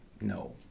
No